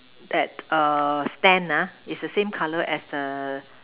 that err stand ah is the same color as the